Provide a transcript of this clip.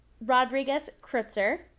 Rodriguez-Krutzer